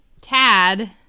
Tad